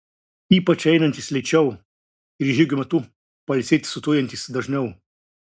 ypač einantys lėčiau ir žygio metu pailsėti sustojantys dažniau